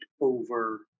over